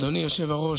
אדוני היושב-ראש,